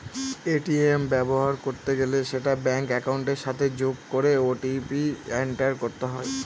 ATM ব্যবহার করতে গেলে সেটা ব্যাঙ্ক একাউন্টের সাথে যোগ করে ও.টি.পি এন্টার করতে হয়